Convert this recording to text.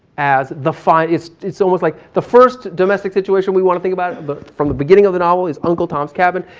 as the final, it's almost like the first domestic situation we want to think about but from the beginning of the novel is uncle tom's cabin,